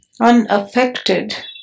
unaffected